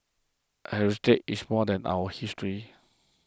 heritage is more than our history